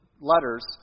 letters